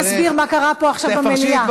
בוא רק נסביר מה קרה פה עכשיו במליאה.